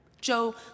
Joe